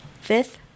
fifth